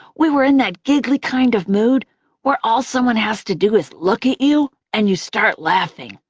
we were in that giggly kind of mood where all someone has to do is look at you and you start laughing.